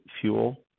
fuel